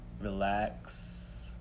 relax